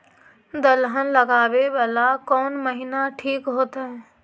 दलहन लगाबेला कौन महिना ठिक होतइ?